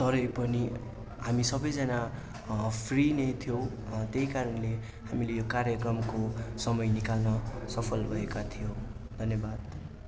तरै पनि हामी सबैजना फ्री नै थियौँ त्यही कारणले हामीले यो कार्यक्रमको समय निकाल्न सफल भएका थियौँ धन्यवाद